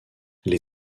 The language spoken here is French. les